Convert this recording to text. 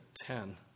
ten